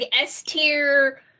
S-tier